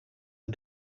are